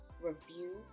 review